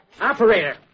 Operator